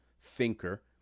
thinker